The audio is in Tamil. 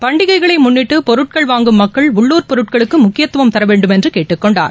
பண்டிகைகளை முன்னிட்டு பொருட்களை வாங்கும் மக்கள் உள்ளுர் பொருட்களுக்கு முக்கியத்துவம் தரவேண்டும் என்று அவர் கேட்டுக் கொண்டார்